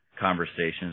conversations